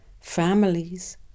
Families